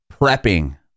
prepping